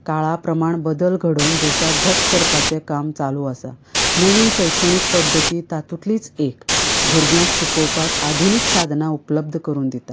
काळा प्रमाण बदल घडोवन देशाक घट्ट करपाचें काम चालू आसा नवीन शैक्षणीक पद्दती ही तातूंतलीच एक भुरग्यांक शिकोवपाक आधुनीक साधनां उपलब्द करून दिता